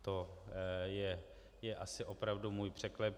To je asi opravdu můj překlep.